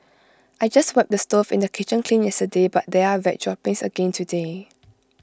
I just wiped the stove in the kitchen clean yesterday but there are rat droppings again today